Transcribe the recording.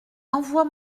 envoie